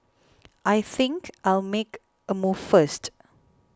I think I'll make a move first